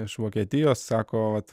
iš vokietijos sako vat